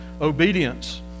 Obedience